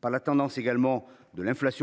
par la tendance inflationniste